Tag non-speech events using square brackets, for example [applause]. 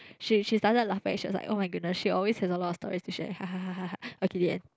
she she started laughing she was like oh-my-goodness she always has a lot of stories to share [laughs] okay the end